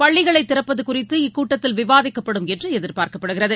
பள்ளிகளைதிறப்பதுகுறித்து இக்கூட்டத்தில் விவாதிக்கப்படும் என்றுஎதிர்பார்க்கப்படுகிறது